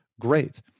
Great